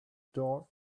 door